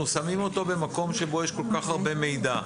אנחנו שמים אותו במקום שבו יש כל כך הרבה מידע.